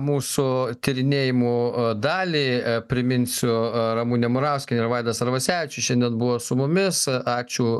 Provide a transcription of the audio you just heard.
mūsų tyrinėjimų dalį priminsiu ramunė murauskienė ir vaidas arvasevičius šiandien buvo su mumis ačiū